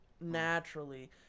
naturally